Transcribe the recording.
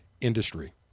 industry